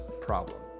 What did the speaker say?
problem